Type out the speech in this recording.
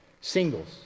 Singles